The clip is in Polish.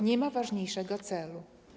Nie ma ważniejszego celu.